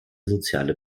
soziale